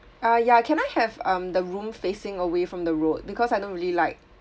uh yeah can I have um the room facing away from the road because I don't really like